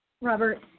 Robert